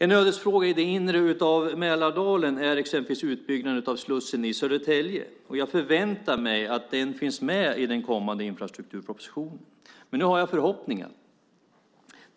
En ödesfråga i det inre av Mälardalen är exempelvis utbyggnaden av slussen i Södertälje. Jag förväntar mig att den finns med i den kommande infrastrukturpropositionen. Nu har jag en sådan förhoppning.